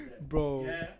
Bro